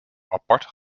apart